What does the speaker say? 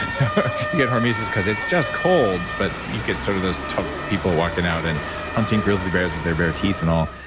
so you get hormesis because it's just cold, but you get sort of those tough people walking out and hunting grizzly bears with their bare teeth and all.